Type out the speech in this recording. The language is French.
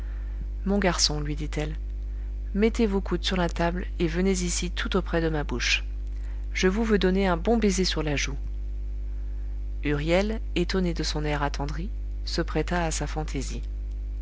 mon garçon lui dit-elle mettez vos coudes sur la table et venez ici tout auprès de ma bouche je vous veux donner un bon baiser sur la joue huriel étonné de son air attendri se prêta à sa fantaisie